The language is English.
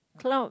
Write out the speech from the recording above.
clouds